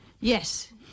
Yes